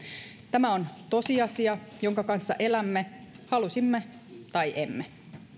tämä on tosiasia jonka kanssa elämme halusimme tai emme